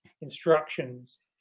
instructions